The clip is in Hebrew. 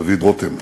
דוד רותם.